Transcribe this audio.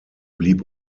blieb